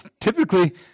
Typically